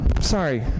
Sorry